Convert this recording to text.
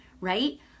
right